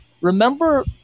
remember –